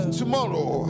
tomorrow